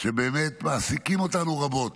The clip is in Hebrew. שבאמת מעסיקים אותנו רבות.